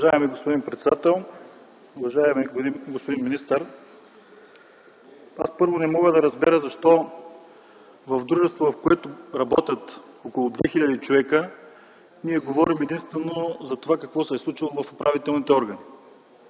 Уважаеми господин председател, уважаеми господин министър! Аз не мога да разбера, защо в дружество, в което работят около 2 хил. човека, ние говорим единствено за това, какво се случва в управителните органи.